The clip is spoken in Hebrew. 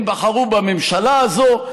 הם בחרו בממשלה הזאת,